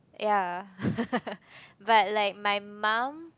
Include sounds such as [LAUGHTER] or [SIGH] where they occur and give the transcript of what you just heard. ya [LAUGHS] but like my mum